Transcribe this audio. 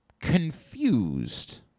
confused